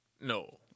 No